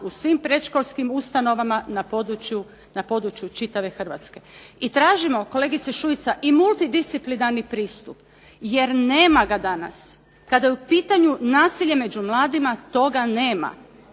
u svim predškolskim ustanovama na području čitave Hrvatske. I tražimo, kolegice Šuica, i multidisciplinarni pristup jer nema ga danas. Kada je u pitanju nasilje među mladima toga nema.